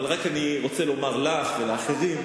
אבל אני רק רוצה לומר לך ולאחרים,